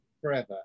forever